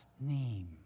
name